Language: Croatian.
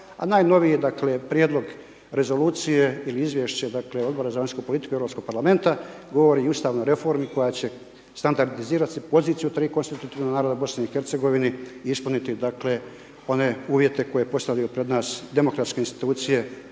dakle, prijedlog rezolucije izli izvješće dakle, Odbora za vanjsku politiku i Europskog parlamenta, govori i o ustavnoj reformi, koja će standardizirati poziciju 3 konstitutivna naroda BIH i ispuniti dakle, uvjete koje postavio pred nas demokratske institucije